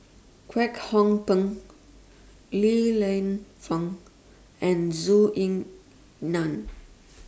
Kwek Hong Png Li Lienfung and Zhou Ying NAN